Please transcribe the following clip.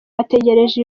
ategereje